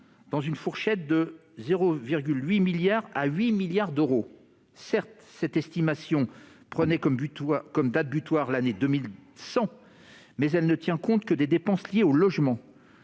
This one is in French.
dans une fourchette de 800 millions à 8 milliards d'euros. Certes, cette estimation prend comme date butoir l'année 2100, mais elle ne tient compte que des dépenses liées au logement.